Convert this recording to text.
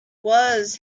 was